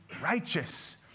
righteous